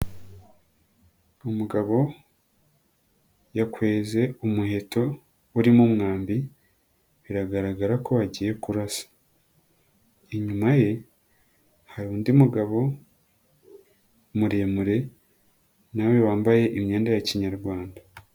Umugabo yakweze umuheto urimo umwambi biragaragara ko agiye kurasa. Inyuma ye hari undi mugabo muremure nawe wambaye imyenda ya Kinyarwanda.